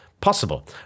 possible